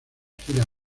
gira